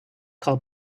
call